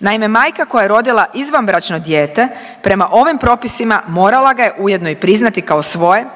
Naime, majka koja je rodila izvanbračno dijete, prema ovim propisima morala ga je ujedno i priznati kao svoje